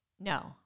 No